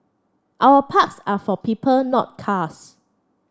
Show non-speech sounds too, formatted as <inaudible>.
our parks are for <unintelligible> not cars